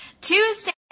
Tuesday